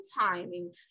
timing